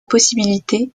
possibilités